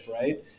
right